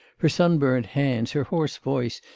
her sun-burnt hands, her hoarse voice,